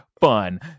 fun